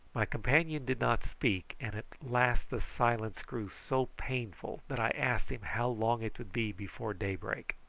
my companion did not speak, and at last the silence grew so painful that i asked him how long it would be before daybreak.